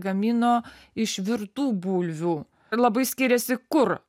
gamino iš virtų bulvių labai skiriasi kur